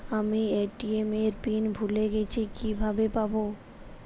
আমি এ.টি.এম এর পিন ভুলে গেছি কিভাবে পাবো?